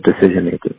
decision-making